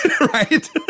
right